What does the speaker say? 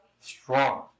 strong